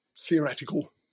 theoretical